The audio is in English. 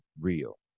real